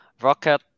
Rocket